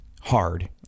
hard